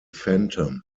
phantom